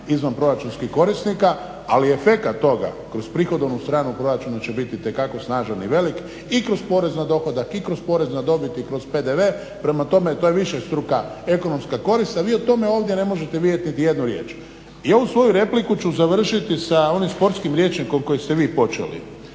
izvanproračunskih korisnika, ali efekat toga kroz prihodovnu stranu proračuna će biti itekako snažan i velik i kroz porez na dohodak i kroz porez na dobit i kroz PDV. Prema tome, to je višestruka ekonomska korist, a vi o tome ovdje ne možete vidjeti niti jednu riječ. I ovu svoju repliku ću završiti sa onim sportskim rječnikom koji ste vi počeli.